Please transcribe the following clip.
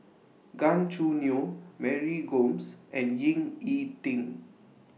Gan Choo Neo Mary Gomes and Ying E Ding